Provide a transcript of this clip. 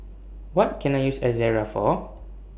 What Can I use Ezerra For